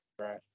Right